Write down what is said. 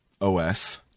OS